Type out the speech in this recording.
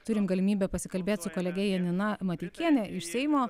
turim galimybę pasikalbėt su kolege janina mateikiene iš seimo